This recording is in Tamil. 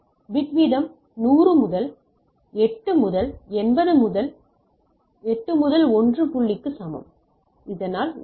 பிட் வீதம் 100 முதல் 8 முதல் 80 வரை 8 முதல் 1 புள்ளிக்கு சமம் இதனால் 1